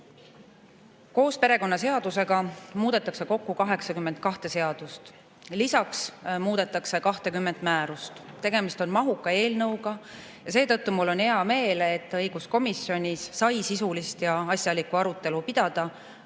Koos perekonnaseadusega muudetakse kokku 82 seadust. Lisaks muudetakse 20 määrust. Tegemist on mahuka eelnõuga ja seetõttu mul on hea meel, et õiguskomisjonis sai sisulist ja asjalikku arutelu pidada.